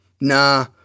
Nah